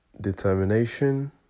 Determination